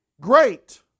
Great